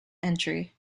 entry